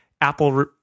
Apple